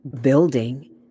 building